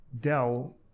Dell